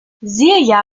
silja